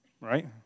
Right